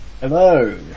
Hello